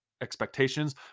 expectations